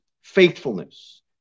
faithfulness